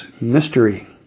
mystery